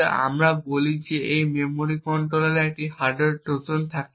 এখন আমরা বলি যে যদি এই মেমরি কন্ট্রোলারে একটি হার্ডওয়্যার ট্রোজান থাকে